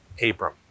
Abram